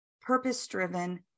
purpose-driven